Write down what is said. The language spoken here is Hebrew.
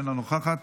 אינה נוכחת,